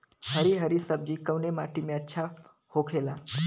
हरी हरी सब्जी कवने माटी में अच्छा होखेला?